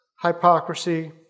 hypocrisy